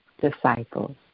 disciples